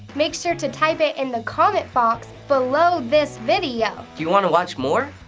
make sure to type it in the comment box below this video. do you wanna watch more?